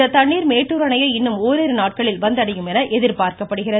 இந்த தண்ணீர் மேட்டூர் அணையை இன்னும் ஓரிரு நாட்களில் வந்தடையும் என எதிர்பார்க்கப்படுகிறது